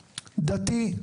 דתי,